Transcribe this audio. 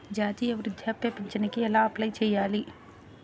జాతీయ వృద్ధాప్య పింఛనుకి ఎలా అప్లై చేయాలి?